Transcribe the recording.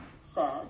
says